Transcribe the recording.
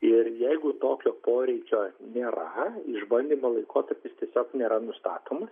ir jeigu tokio poreikio nėra išbandymo laikotarpis tiesiog nėra nustatomas